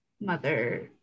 mother